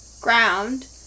ground